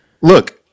Look